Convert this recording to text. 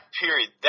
period